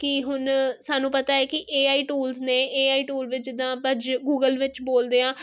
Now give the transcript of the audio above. ਕੀ ਹੁਣ ਸਾਨੂੰ ਪਤਾ ਹੈ ਕੀ ਏ ਆਈ ਟੂਲਸ ਨੇ ਏ ਆਈ ਟੂਲ ਵਿੱਚ ਜਿੱਦਾਂ ਆਪਾਂ ਗੂਗਲ ਵਿੱਚ ਬੋਲਦੇ ਆਂ